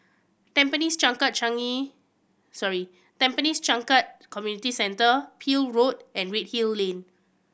Tampines Changkat Changi sorry Tampines Changkat Community Centre Peel Road and Redhill Lane